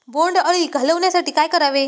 बोंडअळी घालवण्यासाठी काय करावे?